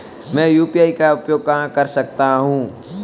मैं यू.पी.आई का उपयोग कहां कर सकता हूं?